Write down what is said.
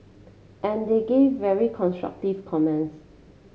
and they gave very constructive comments